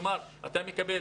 כלומר, אתה מקבל